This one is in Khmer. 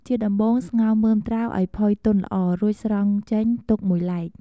ជាដំបូង ស្ងោរមើមត្រាវឱ្យផុយទន់ល្អ រួចស្រង់ចេញទុកមួយឡែក។